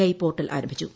I portal ആരംഭിച്ചു